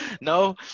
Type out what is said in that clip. No